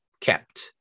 kept